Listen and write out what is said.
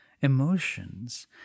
emotions